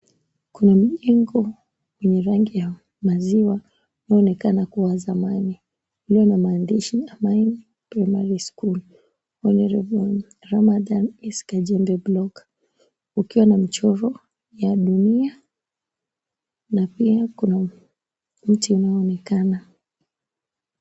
Kwenye jengo yenye rangi ya maziwa inaonekana kua ya zamani iliyo na maandishi ambayo ni Primary School Honourable Ramadhan Eska Jembe Block ukiwa na mchoro ya dunia na pia kuna mtu unaonekana.